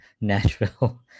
Nashville